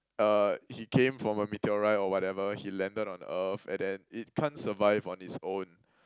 uh he came from a meteorite or whatever he landed on Earth and then it can't survive on his own